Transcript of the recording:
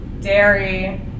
dairy